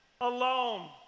alone